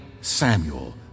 Samuel